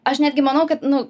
aš netgi manau kad nu